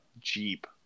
Jeep